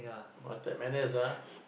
my third manners ah